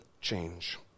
change